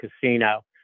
casino